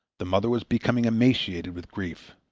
the mother was becoming emaciated with grief.